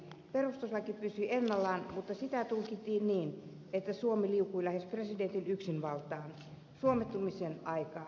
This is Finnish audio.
perustuslaki pysyi ennallaan mutta sitä tulkittiin niin että suomi liukui lähes presidentin yksinvaltaan suomettumisen aikaan